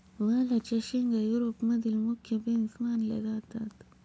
वालाच्या शेंगा युरोप मधील मुख्य बीन्स मानल्या जातात